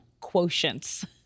quotients